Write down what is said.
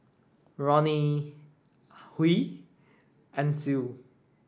Ronnie Huy Ancil